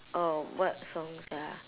oh what songs ah